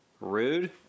Rude